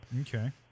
Okay